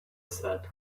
said